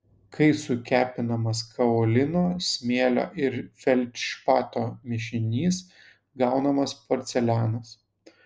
kai sukepinamas kaolino smėlio ir feldšpato mišinys gaunamas porcelianas